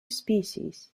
species